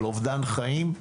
אובדן חיים,